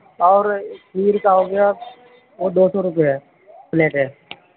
اور کھیر کا ہو گیا دو سو روپیے پلیٹ ہے